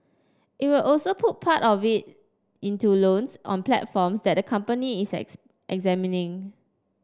it will also put part of it into loans on platforms that company is examining